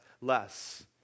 less